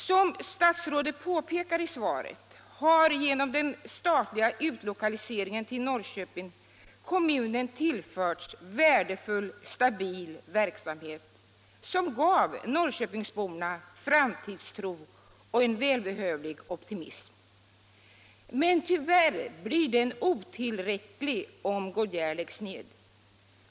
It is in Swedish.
Som statsrådet påpekar i svaret har genom den statliga utlokaliseringen till Norrköping kommunen tillförts värdefull, stabil verksamhet, som gett Norrköpingsborna framtidstro och en välbehövlig optimism, men tyvärr blir den otillräcklig om Goodyear läggs ned.